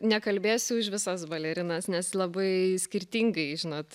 nekalbėsiu už visas balerinas nes labai skirtingai žinot